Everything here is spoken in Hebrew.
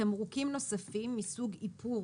תמרוקים נוספים מסוג איפור,